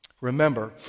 Remember